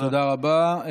תודה רבה.